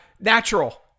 Natural